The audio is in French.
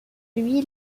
lui